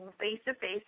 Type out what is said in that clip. face-to-face